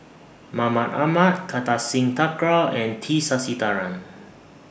Mahmud Ahmad Kartar Singh Thakral and T Sasitharan